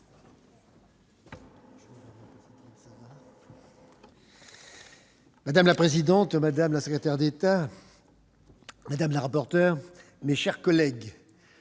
Madame la présidente, madame la secrétaire d'État, madame la rapporteur, mes chers collègues,